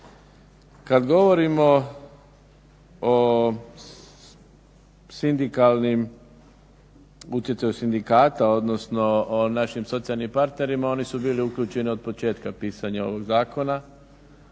Kad govorimo o sindikalnim, utjecaju sindikata odnosno o našim socijalnim partnerima oni su bili uključeni od početka pisanja ovog zakona,